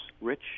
rich